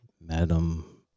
madam